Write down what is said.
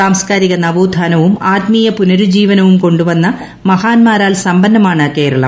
സാംസ്കാരിക നവോത്ഥാനവും ആത്മീയ പുനുരുജ്ജീവനവും കൊണ്ടു വന്ന മഹാൻമാരാൽ സമ്പന്നമാണ് കേരളം